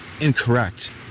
incorrect